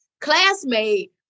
classmate